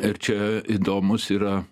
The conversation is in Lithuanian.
ir čia įdomus yra